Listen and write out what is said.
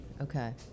Okay